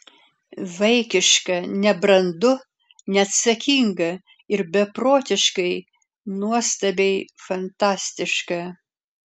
vaikiška nebrandu neatsakinga ir beprotiškai nuostabiai fantastiška